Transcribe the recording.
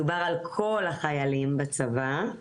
מדובר על כל החיילים בצבא,